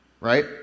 Right